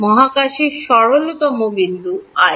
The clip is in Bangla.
মহাকাশের সরলতম বিন্দু i